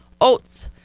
Oats